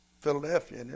Philadelphia